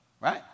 right